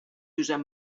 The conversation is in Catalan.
josep